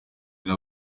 nawe